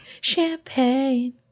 Champagne